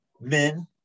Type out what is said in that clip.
men